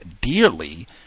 dearly